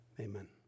Amen